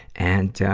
and, ah,